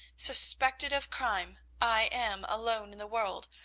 suspected of crime, i am alone in the world,